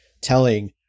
telling